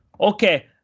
Okay